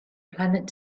planet